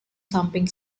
samping